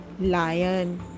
lion